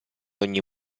ogni